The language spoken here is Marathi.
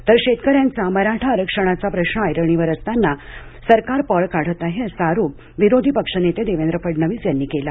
तर शेतकऱ्यांचा मराठा आरक्षणाचा प्रश्न ऐरणीवर असताना सरकार पळ काढत आहे असा आरोप विरोधी पक्षनेते देवेंद्र फडणवीस यांनी केला